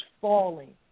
falling